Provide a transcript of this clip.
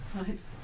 right